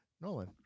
Nolan